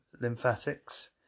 lymphatics